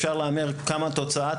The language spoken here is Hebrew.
אפשר להמר מה תהיה התוצאה,